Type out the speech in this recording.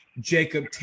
Jacob